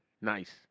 Nice